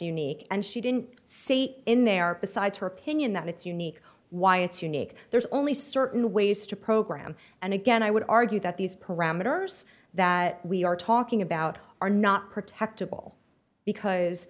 unique and she didn't say in there besides her opinion that it's unique why it's unique there's only certain ways to program and again i would argue that these parameters that we are talking about are not protected all because